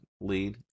lead